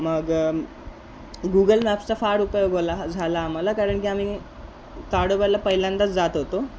मग गुगल मॅप्सचा फार उपयोग होला झाला आम्हाला कारण की आम्ही ताडोब्याला पहिल्यांदाच जात होतो